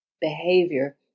behavior